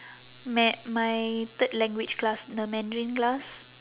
ma~ my third language class the mandarin class